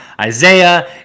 Isaiah